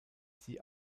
sie